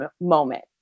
moment